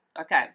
Okay